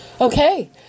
Okay